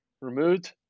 removed